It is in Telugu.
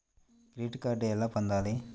క్రెడిట్ కార్డు ఎలా పొందాలి?